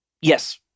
Yes